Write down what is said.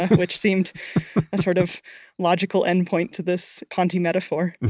which seemed a sort of logical end point to this ponte metaphor.